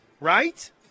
right